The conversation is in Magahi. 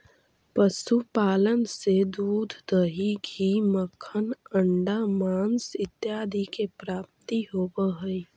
पशुपालन से दूध, दही, घी, मक्खन, अण्डा, माँस इत्यादि के प्राप्ति होवऽ हइ